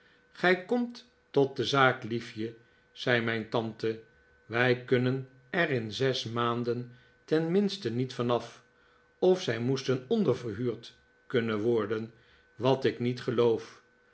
gij komt tot de zaak liefje zei mijn tante wij kunnen er in zes maanden ten minste niet van af of zij moesten onderverhuurd kunnen worden wat ik niet geloof